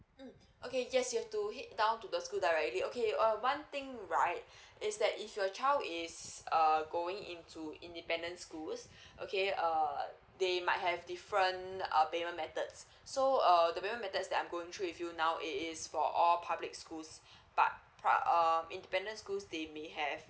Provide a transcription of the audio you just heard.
mm okay yes you have to head down to the school directly okay uh one thing right is that if your child is err going into independent schools okay err they might have different err payment methods so uh the payment method that I'm going through with you now it is for all public schools but prob~ err independent schools they may have